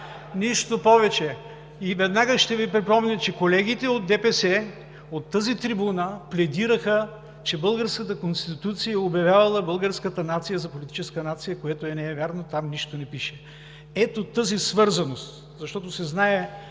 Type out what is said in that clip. в ДПС.) Веднага ще Ви припомня, че колегите от ДПС от тази трибуна пледираха, че българската Конституция е обявявала българската нация за политическа нация, което не е вярно. Там нищо не пише. Ето тази свързаност, защото се знае